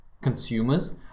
consumers